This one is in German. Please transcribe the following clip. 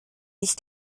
nicht